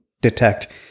detect